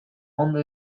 ondo